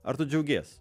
ar tu džiaugiesi